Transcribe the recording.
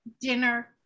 dinner